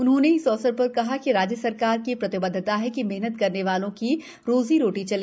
उन्होंने इस अवसर पर कहा कि राज्य सरकार की प्रतिबद्धता है कि मेहनत करने वाले की रोजी रोटी चले